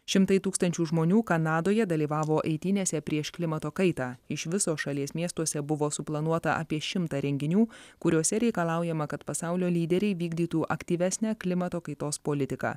šimtai tūkstančių žmonių kanadoje dalyvavo eitynėse prieš klimato kaitą iš viso šalies miestuose buvo suplanuota apie šimtą renginių kuriuose reikalaujama kad pasaulio lyderiai vykdytų aktyvesnę klimato kaitos politiką